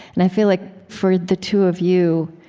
and i feel like, for the two of you,